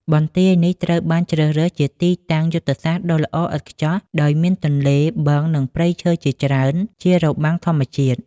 បន្ទាយនេះត្រូវបានជ្រើសរើសជាទីតាំងយុទ្ធសាស្ត្រដ៏ល្អឥតខ្ចោះ ដោយមានទន្លេ បឹង និងព្រៃឈើជាច្រើនជារបាំងធម្មជាតិ។